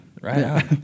Right